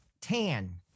tan